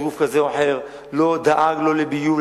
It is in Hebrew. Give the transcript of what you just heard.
גוף כזה או אחר לא דאג לו לביוב,